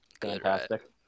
fantastic